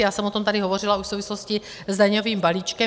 Já jsem o tom tady hovořila už v souvislosti s daňovým balíčkem.